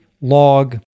log